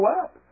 up